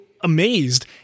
amazed